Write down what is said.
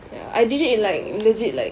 shizzle